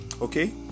Okay